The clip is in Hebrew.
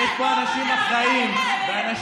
יש פה אנשים אחראיים, אנשים נחושים.